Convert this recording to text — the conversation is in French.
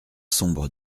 sombre